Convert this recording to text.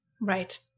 Right